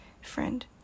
Friend